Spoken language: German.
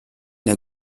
der